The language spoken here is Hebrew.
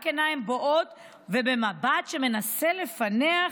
רק עיניים בוהות ומבט שמנסה לפענח: